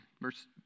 Verse